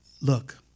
look